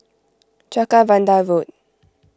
Jacaranda Road